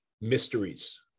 mysteries